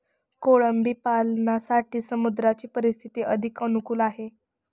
कोळंबी पालनासाठी समुद्राची परिस्थिती अधिक अनुकूल आहे